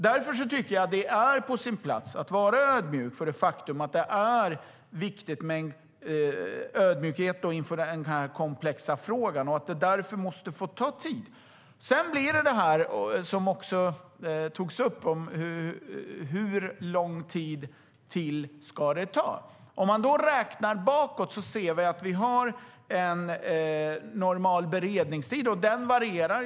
Därför tycker jag att det är på sin plats att vara ödmjuk inför att det är en komplex fråga och att den därför måste få ta tid. En fråga som också togs upp var hur lång tid till det ska ta. Om vi räknar bakåt ser vi att vi har en normal beredningstid. Den varierar.